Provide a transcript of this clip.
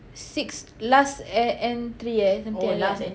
six last eh entry eh something like that